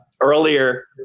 Earlier